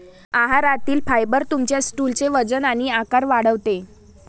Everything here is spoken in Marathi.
आहारातील फायबर तुमच्या स्टूलचे वजन आणि आकार वाढवते